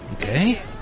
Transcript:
Okay